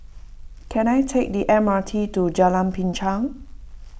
can I take the M R T to Jalan Binchang